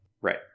right